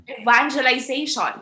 evangelization